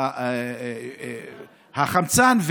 החמצן.